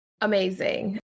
amazing